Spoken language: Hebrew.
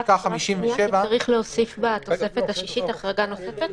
צריך להוסיף בתוספת השישית החרגה נוספת?